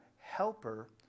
helper